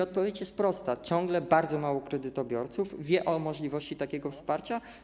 Odpowiedź jest prosta: ciągle bardzo mało kredytobiorców wie o możliwości takiego wsparcia.